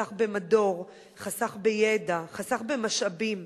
חסך במדור, חסך בידע, חסך במשאבים.